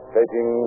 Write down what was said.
Taking